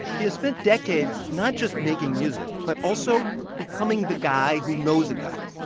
he has spent decades not just making music but also becoming the guy who knows a guy,